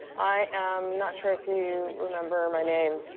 i am not sure if you remember my name,